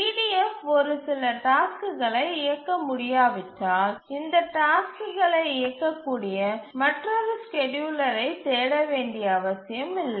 EDF ஒரு சில டாஸ்க்குகளை இயக்க முடியாவிட்டால் இந்த டாஸ்க்குகளை இயக்கக்கூடிய மற்றொரு ஸ்கேட்யூலரைத் தேட வேண்டிய அவசியமில்லை